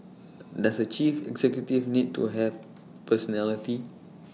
does A chief executive need to have personality